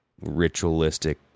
ritualistic